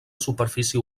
superfície